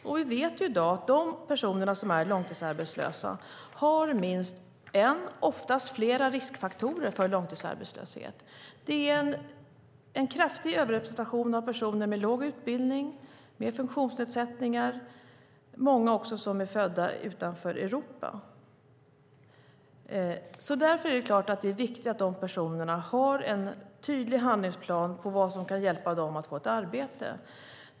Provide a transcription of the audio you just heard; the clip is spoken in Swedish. Och vi vet i dag att de personer som är långtidsarbetslösa ofta har flera riskfaktorer för långtidsarbetslöshet. Det är en kraftig överrepresentation av personer med låg utbildning, med funktionsnedsättningar och också av många som är födda utanför Europa. Därför är det klart att det är viktigt att dessa personer har en tydlig handlingsplan för vad som kan hjälpa dem att få ett arbete.